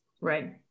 Right